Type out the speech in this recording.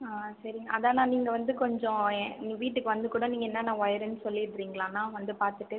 ஆ சரி அதான்ண்ணா நீங்கள் வந்து கொஞ்சம் எங்கள் வீட்டுக்கு வந்து கூட என்னென்ன ஒயருன்னு சொல்லிடுறீங்களாண்ணா வந்து பார்த்துட்டு